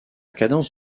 cadence